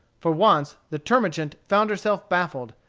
for once the termagant found herself baffled,